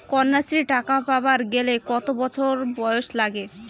কন্যাশ্রী টাকা পাবার গেলে কতো বছর বয়স লাগে?